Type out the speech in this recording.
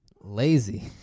lazy